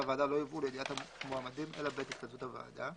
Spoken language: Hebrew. הוועדה לא יובאו לידיעת מועמדים אלא בעת התכנסות הוועדה.